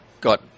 got